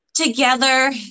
together